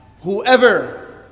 Whoever